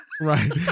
Right